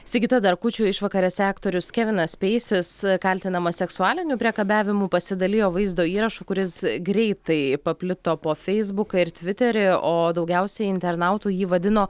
sigita dar kūčių išvakarėse aktorius kevinas peisis kaltinamas seksualiniu priekabiavimu pasidalijo vaizdo įrašu kuris greitai paplito po feisbuką ir tviterį o daugiausiai internautų jį vadino